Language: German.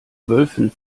wölfen